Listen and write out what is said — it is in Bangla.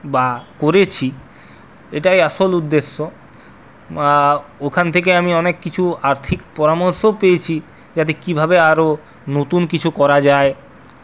বা করেছি এটাই আসল উদ্দেশ্য বা ওখান থেকে আমি অনেক কিছু আর্থিক পরামর্শও পেয়েছি যাতে কীভাবে আরো নতুন কিছু করা যায়